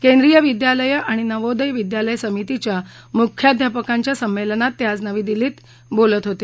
केंद्रीय विद्यालयं आणि नवोदय विद्यालय समितीच्या मुख्याध्यापकांच्या संमेलनात ते आज नवी दिल्लीत बोलत होते